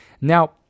now